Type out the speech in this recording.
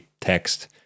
text